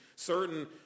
Certain